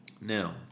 Now